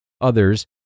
others